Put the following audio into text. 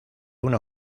una